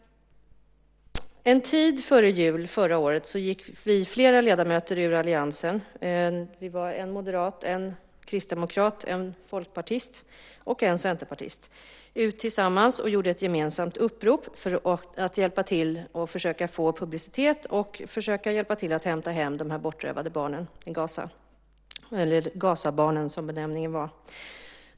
En tid före jul förra året gick flera ledamöter ur alliansen - vi var en moderat, en kristdemokrat, en folkpartist och en centerpartist - tillsammans ut och gjorde ett gemensamt upprop för att försöka få publicitet kring och hjälpa till att hämta hem de bortrövade barnen, eller Gazabarnen som benämningen var.